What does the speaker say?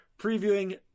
previewing